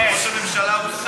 אבל ראש הממשלה הוא שר,